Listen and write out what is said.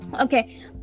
okay